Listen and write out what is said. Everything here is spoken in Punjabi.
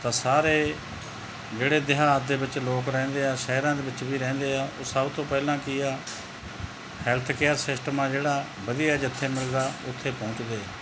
ਤਾਂ ਸਾਰੇ ਜਿਹੜੇ ਦਿਹਾਤ ਦੇ ਵਿੱਚ ਲੋਕ ਰਹਿੰਦੇ ਆ ਸ਼ਹਿਰਾਂ ਦੇ ਵਿੱਚ ਵੀ ਰਹਿੰਦੇ ਆ ਉਹ ਸਭ ਤੋਂ ਪਹਿਲਾਂ ਕੀ ਆ ਹੈਲਥ ਕੇਅਰ ਸਿਸਟਮ ਆ ਜਿਹੜਾ ਵਧੀਆ ਜਿੱਥੇ ਮਿਲਦਾ ਉਥੇ ਪਹੁੰਚਦੇ ਆ